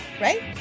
right